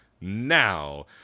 Now